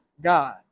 God